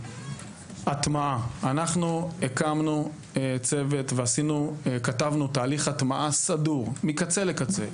הטמעה הקמנו צוות וכתבנו תהליך הטמעה סדור מקצה לקצה,